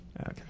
Okay